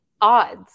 odds